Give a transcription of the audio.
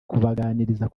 kubaganiriza